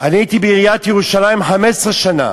אני הייתי בעיריית ירושלים 15 שנה,